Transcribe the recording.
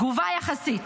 תגובה יחסית.